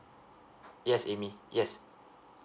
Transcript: yes amy yes